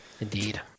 Indeed